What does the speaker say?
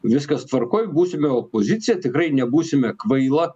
viskas tvarkoj būsime opozicija tikrai nebūsime kvaila